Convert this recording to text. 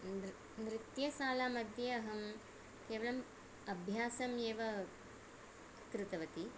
नृ नृत्यशालामध्ये अहं केवलम् अभ्यासमेव कृतवति